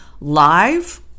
live